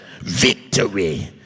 victory